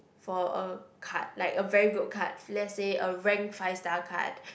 for a card like a very good card let's say a rank five star card